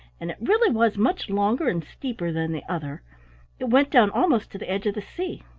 and it really was much longer and steeper than the other it went down almost to the edge of the sea.